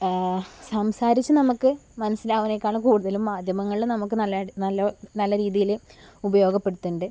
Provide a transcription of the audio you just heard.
സംസാരിച്ച് നമ്മൾക്ക് മനസ്സിലാവുന്നതിനേക്കാൾ കൂടുതലും മാധ്യമങ്ങളിൽ നമ്മൾക്ക് നല്ല നല്ല നല്ല രീതിയിൽ ഉപയോഗപ്പെടുത്തുന്നുണ്ട്